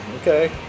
Okay